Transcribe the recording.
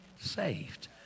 saved